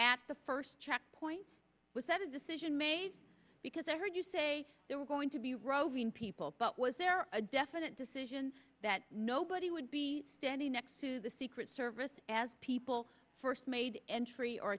at the first checkpoint was that a decision made because i heard you say there were going to be roving people but was there a definite decision that nobody would be standing next to the secret service as people first made entry or